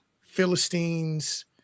Philistines